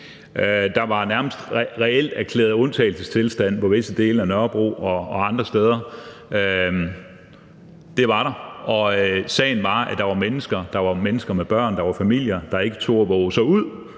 Der var nærmest reelt erklæret undtagelsestilstand på visse dele af Nørrebro og andre steder. Det var der, og sagen var, at der var mennesker, mennesker med børn, familier, der ikke turde vove sig ud